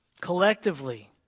collectively